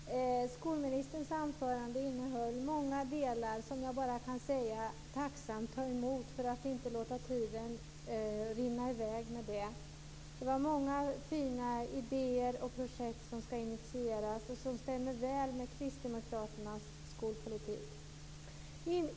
Fru talman! Skolministerns anförande innehöll mycket som jag bara tacksamt kan ta emot. Jag skall inte använda tiden till att beröra det. Det var många fina idéer och projekt som skulle initieras och som stämmer väl med kristdemokraternas skolpolitik.